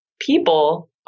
people